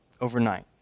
overnight